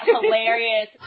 hilarious